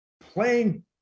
playing